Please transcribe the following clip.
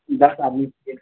दश आदमी छियै